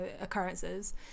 occurrences